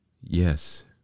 Yes